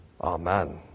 Amen